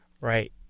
Right